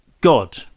God